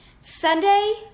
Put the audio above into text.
Sunday